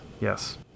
Yes